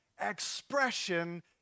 expression